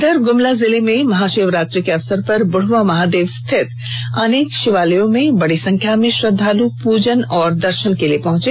इधर गुमला जिले में महाशिवरात्रि के अवसर पर बुढ़वा महादेव सहित अनेक शिवालयों में बड़ी संख्या में श्रद्धालु पूजन और दर्शन के लिए पहुंचे